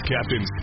Captain